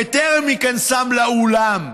בטרם היכנסם לאולם.